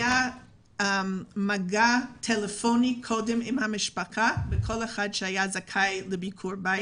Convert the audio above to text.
היה מגע טלפוני קודם עם המשפחה במקרה שמישהו היה זכאי לביקורי בית.